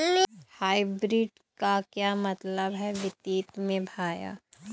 Hybrid का क्या मतलब है वित्तीय में भैया?